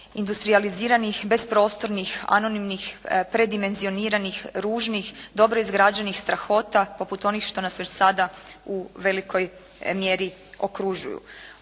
industrijaliziranih bezprostornih, anonimnih, predimenzioniranih, ružnih, dobro izgrađenih strahota poput onih što nas već sada u velikoj mjeri okružuju.